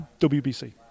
WBC